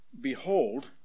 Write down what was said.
Behold